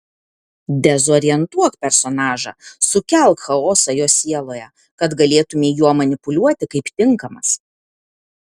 dezorientuok personažą sukelk chaosą jo sieloje kad galėtumei juo manipuliuoti kaip tinkamas